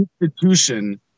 institution